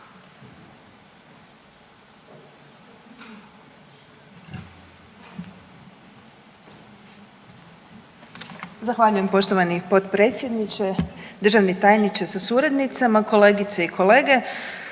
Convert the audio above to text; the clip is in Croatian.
Zahvaljujem poštovani potpredsjedniče, državni tajniče sa suradnicima, kolegice i kolege.